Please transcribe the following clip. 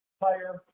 hire,